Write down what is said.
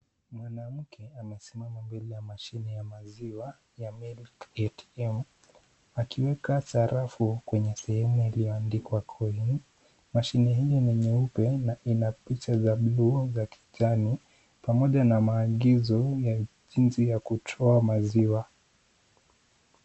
Mwanamke amesimama mbele ya mashine ya maziwa ya Milk ATM, akiweka sarafu kwenye sehemu iliyoandikwa coin . Mashine hiyo ni nyeupe na ina picha za vibuyu za kijani pamoja na maagizo ya jinsi ya kutoa maziwa.